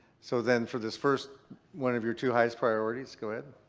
so then for this first one of your two highest priorities, go ahead.